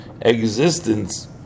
existence